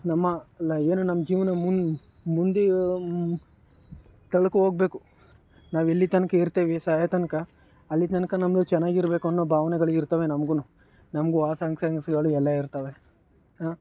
ನಮ್ಮ ಲೈ ಏನು ನಮ್ಮ ಜೀವನ ಮುಂದೆ ಮುಂದೆ ತಳ್ಕೊಂಡೋಗ್ಬೇಕು ನಾವು ಎಲ್ಲಿ ತನಕ ಇರ್ತೇವೆ ಸಾಯೋ ತನಕ ಅಲ್ಲಿ ತನಕ ನಮ್ಮದು ಚೆನ್ನಾಗಿರಬೇಕು ಅನ್ನೊ ಭಾವನೆಗಳು ಇರ್ತವೆ ನಮಗೂನು ನಮಗೂ ಆಸೆ ಆಂಕ್ಷಾಕ್ಷೆಗಳು ಎಲ್ಲ ಇರ್ತವೆ ಹಾಂ